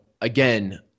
again